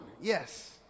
Yes